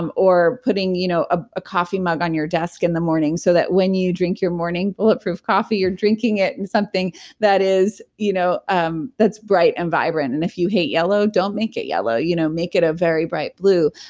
um or putting you know ah a coffee mug on your desk in the morning so that when you drink your morning, bulletproof coffee you're drinking it and something you know um that's bright and vibrant and if you hate yellow, don't make it yellow, you know make it a very bright blue.